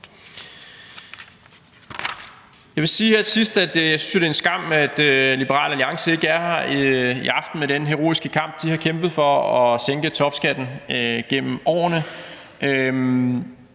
Jeg vil sige her til sidst, at jeg jo synes, det er en skam, at Liberal Alliance ikke er her i aften – med den heroiske kamp, de har kæmpet, for at sænke topskatten gennem årene.